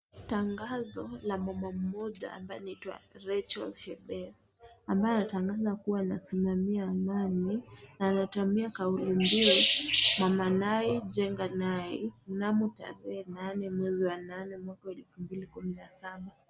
Tangazo la mama mmoja ambaye anaitwa Rachel Shebesh, ambaye anatangaza kuwa anasimamia amani, anatwambia kauli mbili ,Mama Nai Jenga nai mnammo tarehe 8/8/17.